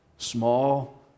Small